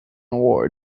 war